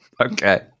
Okay